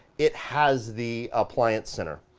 it has the appliance center.